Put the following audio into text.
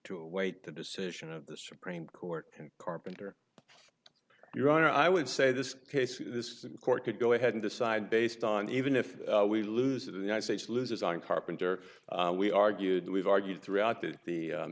to await the decision of the supreme court and carpenter your honor i would say this case this court could go ahead and decide based on even if we lose the united states loses on carpenter we argued we've argued throughout the